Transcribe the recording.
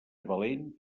valent